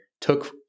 took